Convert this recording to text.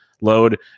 load